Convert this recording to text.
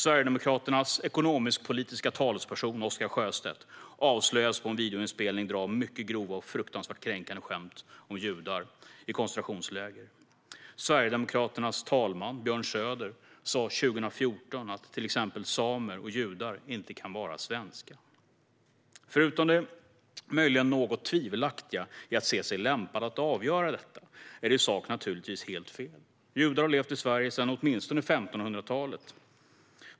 Sverigedemokraternas ekonomisk-politiska talesperson, Oscar Sjöstedt, avslöjades på en videoinspelning dra mycket grova och fruktansvärt kränkande skämt om judar i koncentrationsläger. Sverigedemokraternas talman, Björn Söder, sa 2014 att till exempel samer och judar inte kan vara svenska. Förutom det möjligen något tvivelaktiga i att se sig lämpad att avgöra detta är det i sak naturligtvis helt fel. Judar har levt i Sverige sedan åtminstone 1500-talet.